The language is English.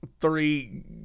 three